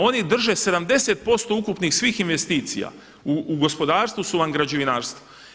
A oni drže 70% ukupnih svih investicija u gospodarstvu su vam i građevinarstvu.